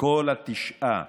כל התשעה,